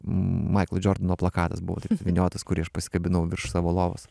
maiklo džordano plakatas buvo taip suvyniotas kurį aš pasikabinau virš savo lovos